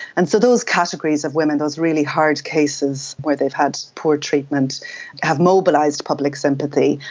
and so those categories of women, those really hard cases where they've had poor treatment have mobilised public sympathy,